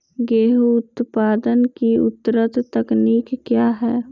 गेंहू उत्पादन की उन्नत तकनीक क्या है?